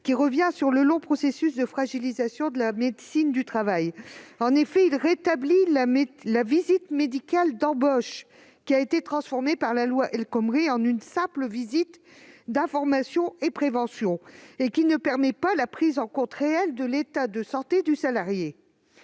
à renverser le long processus de fragilisation de la médecine du travail, en rétablissant la visite médicale d'embauche transformée par la loi El Khomri en une simple visite d'information et de prévention, ce qui ne permet pas la prise en compte réelle de l'état de santé du salarié.